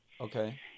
Okay